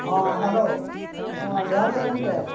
ᱦᱮᱸ ᱦᱮᱞᱳ ᱦᱮᱸ ᱡᱚᱦᱟᱨ ᱜᱮ ᱜᱚᱢᱠᱮ